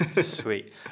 sweet